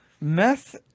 Meth